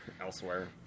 Elsewhere